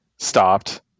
stopped